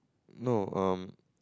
no um